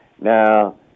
Now